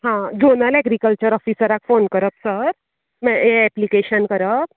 हां zonal agriculture ओफिसराक phone करप सर म्ह ये ऐप्लकैशन करप